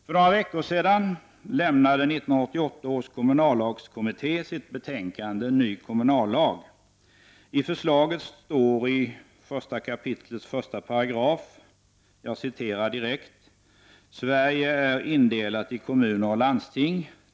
För några veckor sedan lämnade 1988 års kommunallagskommitté sitt betänkande Ny kommunallag. I förslaget står i 1 kap. 1 §: ”Sverige är indelat i kommuner och landsting.